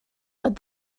but